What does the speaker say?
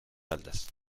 altas